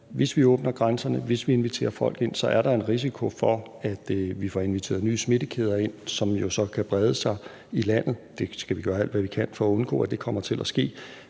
hvis vi åbner grænserne, hvis vi inviterer folk ind, så er der en risiko for, at vi får inviteret nye smittekæder ind, som jo så kan brede sig i landet. Vi gør alt, hvad vi kan, for at undgå at det kommer til at ske.